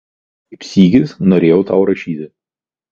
kaip sykis norėjau tau rašyti